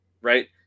right